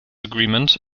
agreement